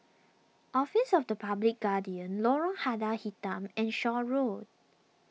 Office of the Public Guardian Lorong Lada Hitam and Shaw Road